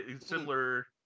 similar